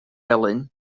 felyn